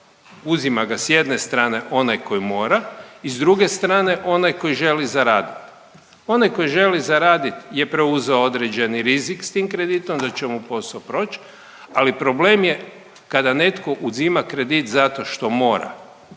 uzima ga s jedne strane onaj koji mora i s druge strane onaj koji želi zaraditi. Onaj koji želi zaraditi je preuzeo određeni rizik sa tim kreditom da će mu posao proći, ali problem je kada netko uzima kredit zato što mora.